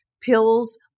pills